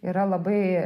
yra labai